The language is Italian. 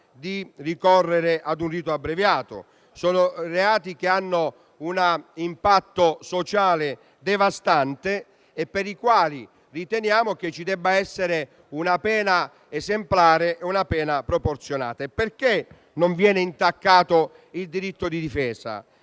di ricorrere a un rito abbreviato: sono reati che hanno un impatto sociale devastante e per i quali riteniamo che ci debba essere una pena esemplare e proporzionata. Il diritto di difesa